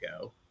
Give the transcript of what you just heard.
go